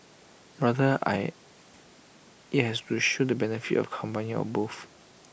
rather I IT has to show the benefit of combining both